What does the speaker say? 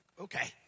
Okay